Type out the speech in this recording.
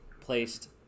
placed